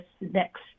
next